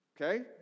Okay